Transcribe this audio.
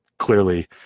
clearly